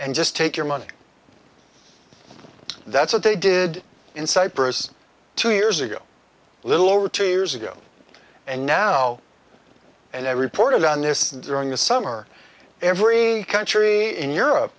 and just take your money that's what they did in cyprus two years ago little over two years ago and now and i reported on this during the summer every country in europe